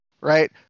right